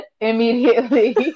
immediately